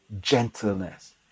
gentleness